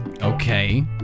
Okay